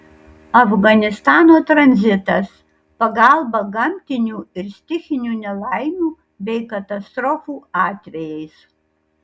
afganistano tranzitas pagalba gamtinių ir stichinių nelaimių bei katastrofų atvejais